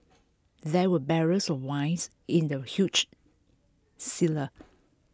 there were barrels of wines in the huge cellar